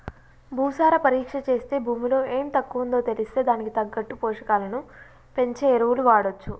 భూసార పరీక్ష చేస్తే భూమిలో ఎం తక్కువుందో తెలిస్తే దానికి తగ్గట్టు పోషకాలను పెంచే ఎరువులు వాడొచ్చు